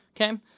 Okay